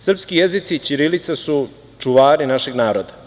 Srpski jezici i ćirilica su čuvari našeg naroda.